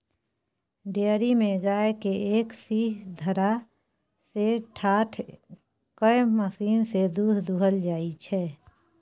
dairy मे गाय केँ एक सीधहा सँ ठाढ़ कए मशीन सँ दुध दुहल जाइ छै